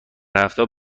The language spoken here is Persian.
هفتهها